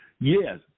Yes